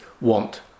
want